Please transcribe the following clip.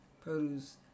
produce